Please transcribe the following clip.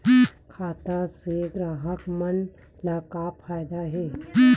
खाता से ग्राहक मन ला का फ़ायदा हे?